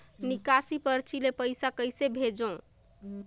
निकासी परची ले पईसा कइसे भेजों?